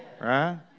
right